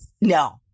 No